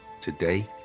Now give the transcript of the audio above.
Today